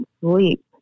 sleep